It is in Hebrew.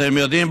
אתם יודעים,